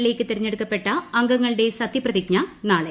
ലേയ്ക്ക് തെരഞ്ഞെടുക്കപ്പെട്ട അംഗങ്ങളുടെ സത്യപ്രതിജ്ഞ നാളെ